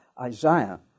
Isaiah